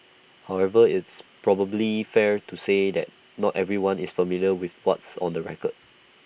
however is probably fair to say that not everyone is familiar with what's on the record